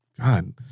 god